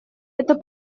это